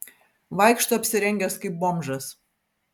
vaikšto apsirengęs kaip bomžas